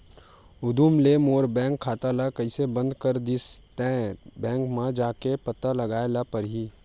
उदुप ले मोर बैंक खाता ल कइसे बंद कर दिस ते, बैंक म जाके पता लगाए ल परही